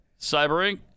Cybering